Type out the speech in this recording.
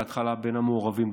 בהתחלה בין המעורבים,